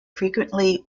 frequently